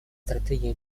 стратегии